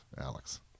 Alex